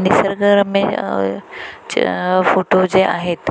निसर्गरम्य फोटो जे आहेत